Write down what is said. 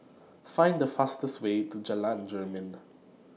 Find The fastest Way to Jalan Jermin